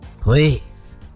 Please